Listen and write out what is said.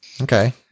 Okay